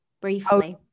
briefly